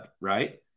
right